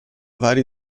vari